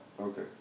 Okay